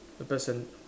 the pet cen~